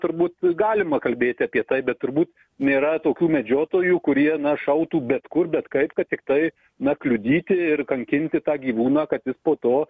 turbūt galima kalbėti apie tai bet turbūt nėra tokių medžiotojų kurie na šautų bet kur bet kaip kad tiktai na kliudyti ir kankinti tą gyvūną kad jis po to